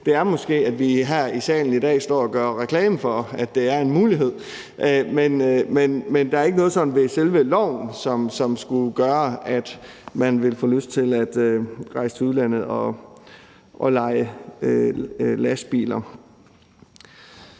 er måske, at vi her i salen i dag står og gør reklame for, at det er en mulighed, men der er ikke noget sådan ved selve loven, som skulle gøre, at man ville få lyst til at rejse til udlandet og leje lastbiler.